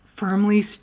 Firmly